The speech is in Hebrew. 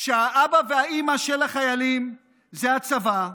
שהאבא והאימא של החיילים זה הצבא,